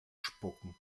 spucken